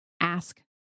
ask